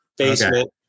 basement